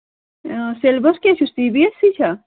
syllabus کیٛاہ چھُس C B S C چھا